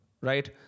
Right